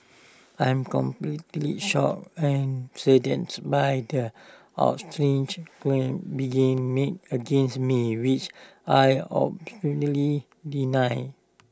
I'm completely shocked and saddened by their outrageous claims being made against me which I absolutely deny